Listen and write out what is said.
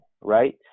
right